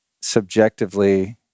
subjectively